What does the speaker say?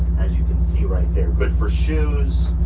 as you can see right there, good for shoes,